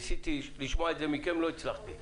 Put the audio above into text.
ניסיתי לשמוע את זה מכם ולא הצלחתי.